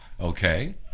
Okay